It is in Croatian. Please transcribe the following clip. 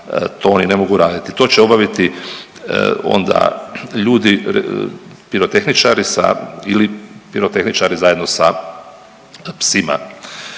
to oni ne mogu raditi. To će obaviti onda ljudi, pirotehničari sa ili pirotehničari zajedno sa psima.